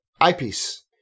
eyepiece